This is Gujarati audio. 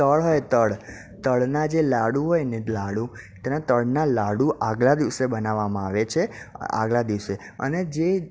તળ હોય તળ તળના જે લાડુ હોયને લાડુ તેના તળના લાડુ આગલા દિવસે બનાવવામાં આવે છે આગલા દિવસે અને જે